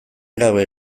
gabe